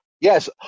Yes